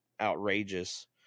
outrageous